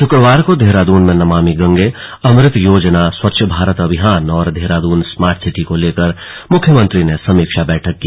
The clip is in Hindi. शुक्रवार को देहरादून में नमामि गंगे अमृत योजना स्वच्छ भारत मिशन और देहरादून स्मार्ट सिटी को लेकर मुख्यमंत्री ने समीक्षा बैठक की